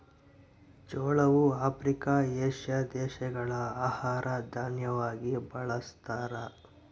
ಜೋಳವು Africa, Asia ದೇಶಗಳ ಆಹಾರ ದಾನ್ಯವಾಗಿ ಬಳಸ್ತಾರ